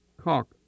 Cock